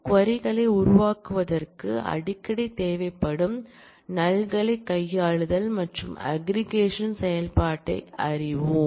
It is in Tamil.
க்வரி களை உருவாக்குவதற்கு அடிக்கடி தேவைப்படும் நல் களைக் கையாளுதல் மற்றும் அக்ரிகேஷன் செயல்பாட்டை அறிவோம்